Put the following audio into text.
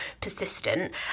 persistent